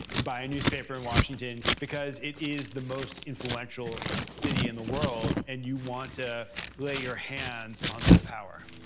you buy a newspaper in washington, because it is the most influential city in the world, and you want to lay your hands on that power.